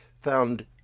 found